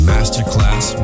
Masterclass